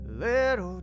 Little